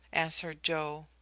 answered joe.